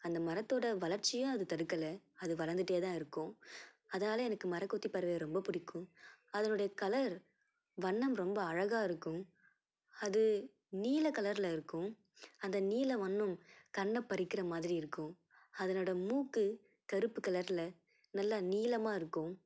அந்த மரத்தோடய வளர்ச்சியும் அது தடுக்கலை அது வளர்ந்துட்டே தான் இருக்கும் அதால எனக்கு மரங்கொத்தி பறவையை ரொம்ப பிடிக்கும் அதனுடைய கலர் வண்ணம் ரொம்ப அழகாக இருக்கும் அது நீலம் கலர்ல இருக்கும் அந்த நீலம் வண்ணம் கண்ணை பறிக்கின்ற மாதிரி இருக்கும் அதனோடய மூக்கு கருப்பு கலர்ல நல்லா நீளமாக இருக்கும்